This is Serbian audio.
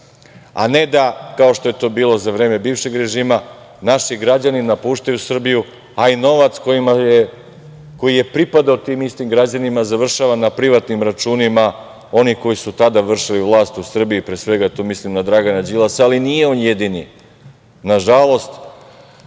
a ne da kao što je to bilo za vreme bivšeg režima, naši građani napuštaju Srbiju, a i novac koji je pripadao tim istim građanima završava na privatnim računima onih koji su tada vršili vlast u Srbiji. Pre svega tu mislim na Dragana Đilasa, ali nije on jedini. Nažalost,